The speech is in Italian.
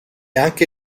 anche